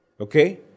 Okay